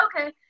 okay